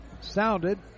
sounded